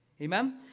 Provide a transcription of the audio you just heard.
Amen